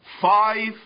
five